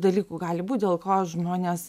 dalykų gali būt dėl ko žmonės